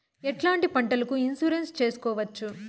ఎట్లాంటి పంటలకు ఇన్సూరెన్సు చేసుకోవచ్చు?